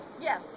Yes